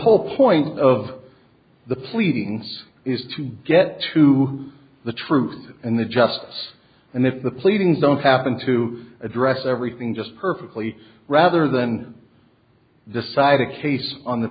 whole point of the pleadings is to get to the truth and the justice and if the pleadings don't happen to address everything just perfectly rather than decide a case on th